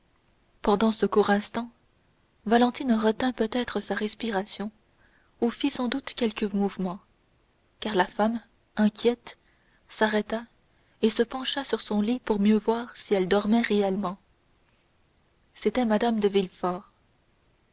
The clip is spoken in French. pendant ce court instant valentine retint peut-être sa respiration ou fit sans doute quelque mouvement car la femme inquiète s'arrêta et se pencha sur son lit pour mieux voir si elle dormait réellement c'était mme de